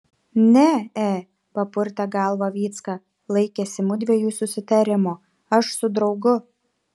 ne e papurtė galvą vycka laikėsi mudviejų susitarimo aš su draugu